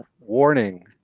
warning